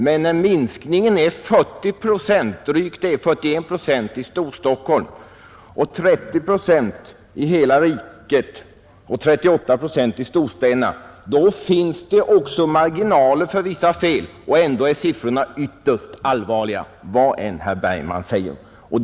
Men när minskningen är 41 procent i Storstockholm, 38 procent i storstäderna och 30 procent i hela riket, så finns det marginaler för vissa fel, och siffrorna är ändå ytterst allvarliga, vad herr Bergman än säger.